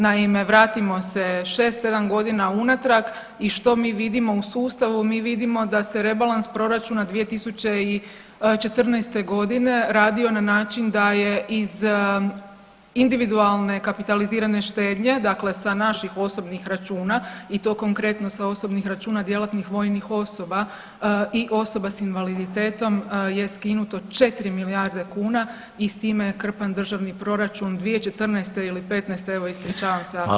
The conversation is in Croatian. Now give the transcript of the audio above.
Naime, vratimo se 6-7 godina unatrag i što mi vidimo u sustavu, mi vidimo da se rebalans proračuna 2014. godine radio na način da je iz individualne kapitalizirane štednje dakle sa naših osobnih računa i to konkretno sa osobnih računa djelatnih vojnih osoba i osoba s invaliditetom je skinuto 4 milijarde kuna i s time je krpan državni proračun 2014. ili '15.-te evo ispričavam ako [[Upadica: Hvala.]] sam pogriješila godinu.